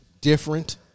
Different